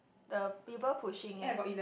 the people pushing eh